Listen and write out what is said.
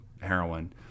heroin